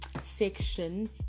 section